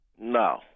No